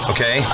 Okay